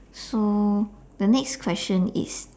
so the next question is